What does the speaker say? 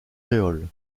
créoles